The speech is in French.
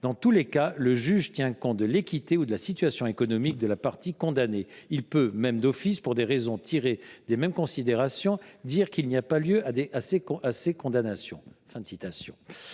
Dans tous les cas, le juge tient compte de l’équité ou de la situation économique de la partie condamnée. Il peut, même d’office, pour des raisons tirées des mêmes considérations, dire qu’il n’y a pas lieu à ces condamnations.